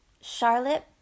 Charlotte